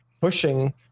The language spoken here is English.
pushing